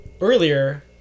earlier